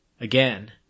Again